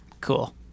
Cool